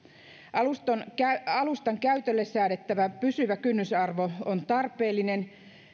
alustan alustan käytölle säädettävä pysyvä kynnysarvo on tarpeellinen